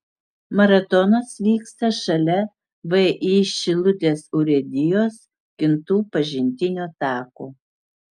maratonas vyksta šalia vį šilutės urėdijos kintų pažintinio tako